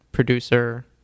producer